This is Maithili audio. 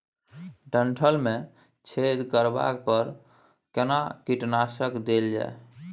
डंठल मे छेद करबा पर केना कीटनासक देल जाय?